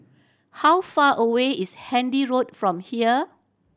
how far away is Handy Road from here